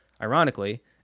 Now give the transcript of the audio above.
Ironically